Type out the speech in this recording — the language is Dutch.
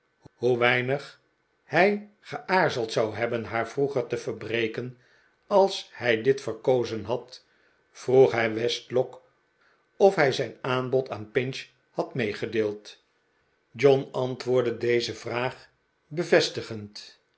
hoe weinig hij geaarzeld zou hebben haar vroeger te verbreken als hij dit verkozen had vroeg hij westlock of hij zijn aanbod aan pinch had meegedeeld john beantwoordde deze vraag